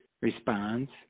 responds